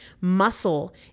Muscle